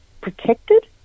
protected